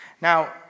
Now